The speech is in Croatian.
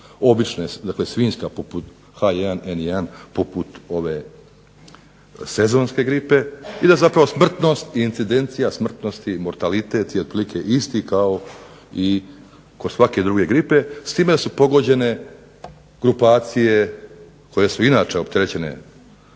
obične. Dakle, svinjska poput H1N1 poput ove sezonske gripe i da zapravo smrtnost i incidencija smrtnosti i mortalitet je otprilike isti kao i kod svake druge gripe s time da su pogođene grupacije koje su i inače opterećene